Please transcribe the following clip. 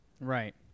Right